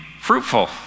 fruitful